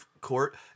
court